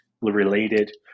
related